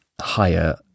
higher